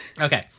Okay